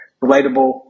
relatable